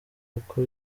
uko